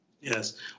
Yes